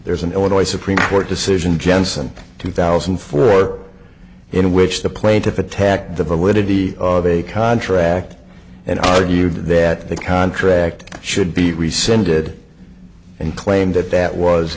there is an illinois supreme court decision jensen two thousand and four in which the plaintiff attacked the validity of a contract and argued that the contract should be rescinded and claimed that that was